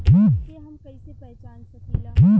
कीट के हम कईसे पहचान सकीला